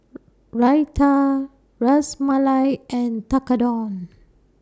Raita Ras Malai and Tekkadon